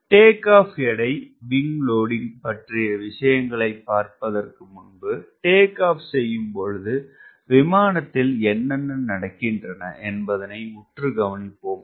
take off எடை wing loading பற்றிய விஷயங்களைப் பார்ப்பதற்கு முன்பு டேக் ஆப் செய்யும் பொழுது விமானத்தில் என்னென்ன நடக்கின்றன என்பதனை உற்று கவனிப்போம்